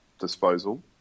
disposal